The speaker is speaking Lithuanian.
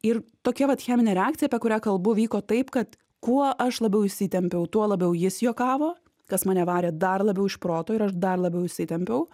ir tokia vat cheminė reakcija apie kurią kalbu vyko taip kad kuo aš labiau įsitempiau tuo labiau jis juokavo kas mane varė dar labiau iš proto ir aš dar labiau įsitempiau